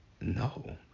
no